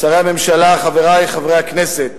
שרי הממשלה, חברי חברי הכנסת,